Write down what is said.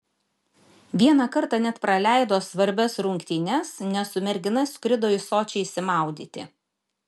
vieną kartą net praleido svarbias rungtynes nes su mergina skrido į sočį išsimaudyti